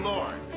Lord